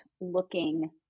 looking